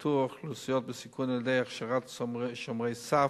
איתור אוכלוסיות בסיכון על-ידי הכשרת "שומרי סף",